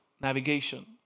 navigation